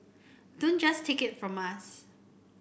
don't just take it from us